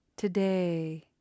Today